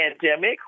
pandemic